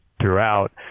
throughout